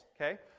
okay